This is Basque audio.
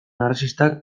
arrazistak